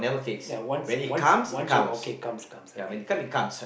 ya once once once you okay comes comes okay fine